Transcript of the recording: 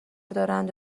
دارند